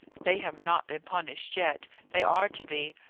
they have not been punished yet they are to be.